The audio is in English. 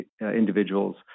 individuals